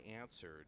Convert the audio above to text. answered